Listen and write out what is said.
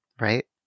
right